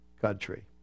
country